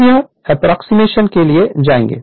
अब एक एप्रोक्सीमेशन के लिए जाएंगे